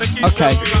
Okay